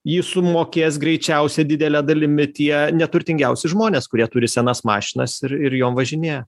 jį sumokės greičiausiai didele dalimi tie neturtingiausi žmonės kurie turi senas mašinas ir ir jom važinėja